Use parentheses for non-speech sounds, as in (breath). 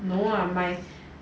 no lah my (breath)